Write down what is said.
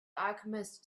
alchemist